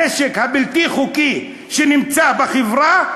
הנשק הבלתי-חוקי שנמצא בחברה,